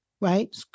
right